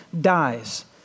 dies